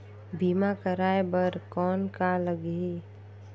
बीमा कराय बर कौन का लगही?